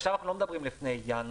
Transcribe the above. עכשיו אנחנו לא מדברים על לפני ינואר